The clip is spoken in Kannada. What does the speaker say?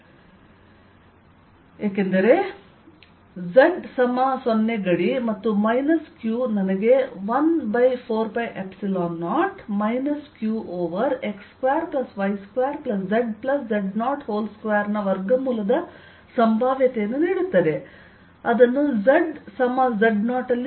q 14π0qx2y2z z02|zz0 ಏಕೆಂದರೆ z0 ಗಡಿ ಮತ್ತು ಈ ಮೈನಸ್ q ನನಗೆ 14π0 q ಓವರ್ x2y2zz02ರ ವರ್ಗಮೂಲದ ಸಂಭಾವ್ಯತೆಯನ್ನು ನೀಡುತ್ತದೆ z z0 ನಲ್ಲಿ